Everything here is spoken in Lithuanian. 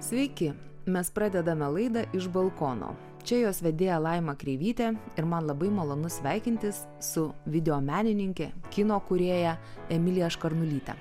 sveiki mes pradedame laidą iš balkono čia jos vedėja laima kreivytė ir man labai malonu sveikintis su videomenininke kino kūrėja emilija škarnulyte